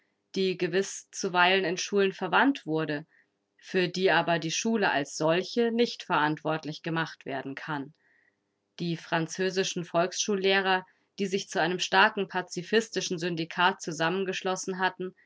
die gewiß zuweilen in schulen verwandt wurde für die aber die schule als solche nicht verantwortlich gemacht werden kann die französischen volksschullehrer die sich zu einem starken pazifistischen syndikat zusammengeschlossen hatten